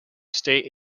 state